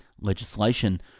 legislation